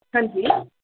ਹਾਂਜੀ